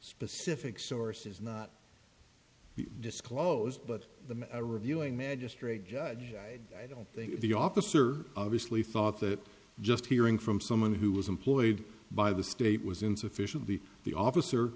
specific source is not disclosed but the reviewing magistrate judge i don't think the officer obviously thought that just hearing from someone who was employed by the state was insufficiently the officer